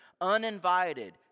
uninvited